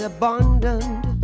abandoned